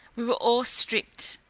we were all stripped,